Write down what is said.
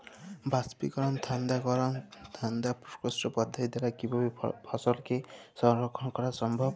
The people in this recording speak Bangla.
বাষ্পীকরন ঠান্ডা করণ ঠান্ডা প্রকোষ্ঠ পদ্ধতির দ্বারা কিভাবে ফসলকে সংরক্ষণ করা সম্ভব?